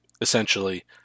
essentially